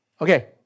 Okay